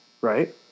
right